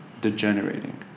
degenerating